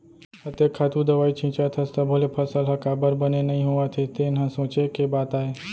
अतेक खातू दवई छींचत हस तभो ले फसल ह काबर बने नइ होवत हे तेन ह सोंचे के बात आय